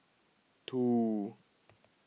two